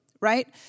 right